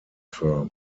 firm